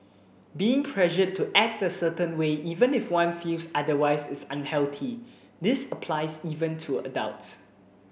being pressured to act a certain way even if one feels otherwise is unhealthy this applies even to adults